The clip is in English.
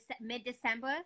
mid-december